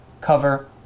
cover